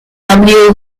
samuel